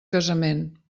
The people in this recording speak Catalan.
casament